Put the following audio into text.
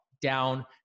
down